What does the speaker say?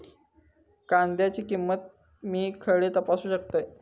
कांद्याची किंमत मी खडे तपासू शकतय?